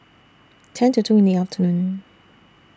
ten to two in The afternoon